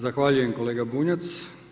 Zahvaljujem kolega Bunjac.